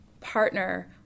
partner